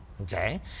okay